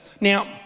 now